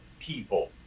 people